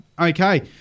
okay